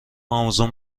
آمازون